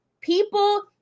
people